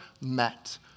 met